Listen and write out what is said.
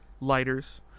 lighters